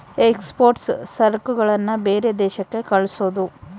export ಸರಕುಗಳನ್ನ ಬೇರೆ ದೇಶಕ್ಕೆ ಕಳ್ಸೋದು